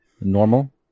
normal